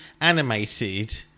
animated